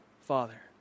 Father